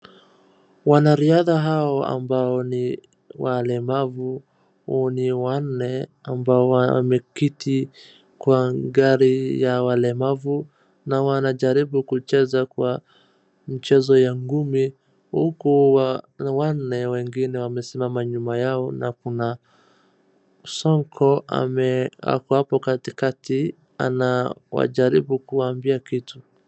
Wanariadha hawa ambao ni walemavu ni wanne ambao wameketi kwa gari ya walemavu, na wanajaribu kucheza kwa mchezo ya ngumi , huku wanne wengine wamesimama nyuma yao na kuna Sonko ako hapo katikati anajaribu kuwaambia kitu .